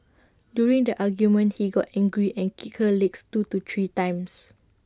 during the argument he got angry and kicked her legs two to three times